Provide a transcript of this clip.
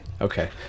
Okay